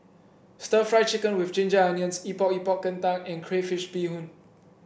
stir Fry Chicken with Ginger Onions Epok Epok Kentang and Crayfish Beehoon